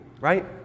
right